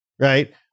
Right